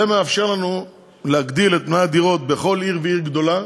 זה מאפשר לנו להגדיל את מלאי הדירות בכל עיר גדולה,